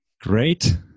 Great